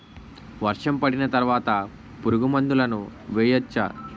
వర్షం పడిన తర్వాత పురుగు మందులను వేయచ్చా?